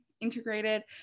integrated